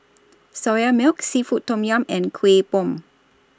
Soya Milk Seafood Tom Yum and Kuih Bom